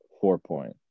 Four-point